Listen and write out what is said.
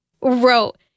wrote